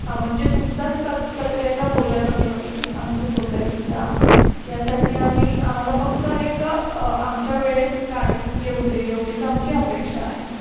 हा म्हणजे तुमचाच कच कचऱ्याचा बोजा कमी होईल आमच्या सोसायटीचा यासाठी आमही आम्हाला फक्त एक आमच्या वेळेत गाडी येऊ दे एवढीच आमची अपेक्षा आहे